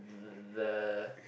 the